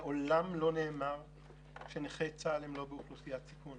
גם לאלה שמגיע הם לא סיפקו את זה.